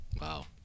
Wow